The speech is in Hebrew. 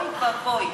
אוי ואבוי.